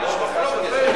יש מחלוקת.